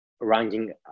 ranking